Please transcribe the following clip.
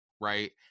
right